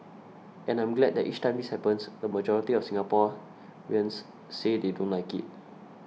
and I'm glad that each time this happens the majority of Singaporeans say they don't like it